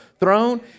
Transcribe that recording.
throne